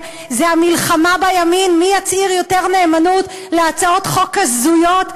היא המלחמה בימין מי יצהיר יותר נאמנות להצעות חוק הזויות,